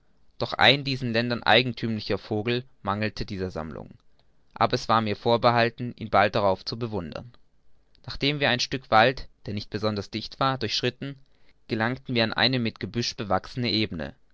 doch ein diesen ländern eigenthümlicher vogel mangelte dieser sammlung aber es war mir vorbehalten ihn bald darauf zu bewundern nachdem wir ein stück wald der nicht besonders dicht war durchschritten gelangten wir an eine mit gebüsch bewachsene ebene